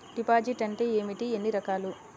Deposit అంటే ఏమిటీ ఎన్ని రకాలు?